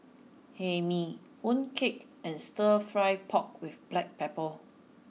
Hae Mee mooncake and stir fry pork with black pepper